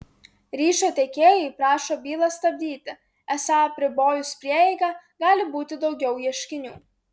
ryšio tiekėjai prašo bylą stabdyti esą apribojus prieigą gali būti daugiau ieškinių